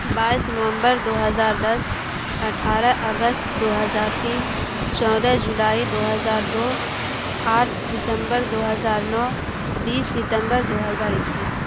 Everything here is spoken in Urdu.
بائیس نومبر دو ہزار دس اٹھارہ اگست دو ہزار تین چودہ جولائی دو ہزار دو آٹھ دسمبر دو ہزا نو بیس ستمبر دو ہزار اکیس